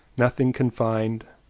nothing confined,